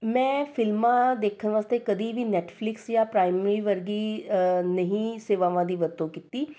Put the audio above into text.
ਮੈਂ ਫਿਲਮਾਂ ਦੇਖਣ ਵਾਸਤੇ ਕਦੀ ਵੀ ਨੈੱਟਫਲਿਕਸ ਜਾਂ ਪ੍ਰਾਈਮਰੀ ਵਰਗੀ ਨਹੀਂ ਸੇਵਾਵਾਂ ਦੀ ਵਰਤੋਂ ਕੀਤੀ